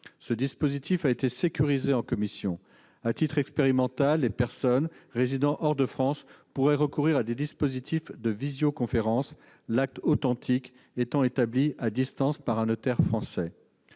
Ce dispositif a été sécurisé en commission. À titre expérimental, les personnes qui résident hors de France pourraient recourir à des systèmes de visioconférence, l'acte authentique étant établi à distance par un notaire français.